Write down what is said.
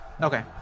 Okay